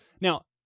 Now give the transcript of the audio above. now